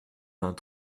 vingt